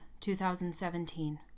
2017